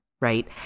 right